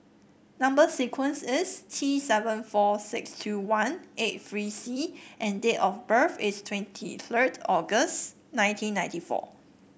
number sequence is T seven four six two one eight three C and date of birth is twenty third August nineteen ninety four